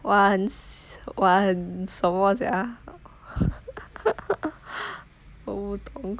!wah! 很 !wah! 很什么 sia 头痛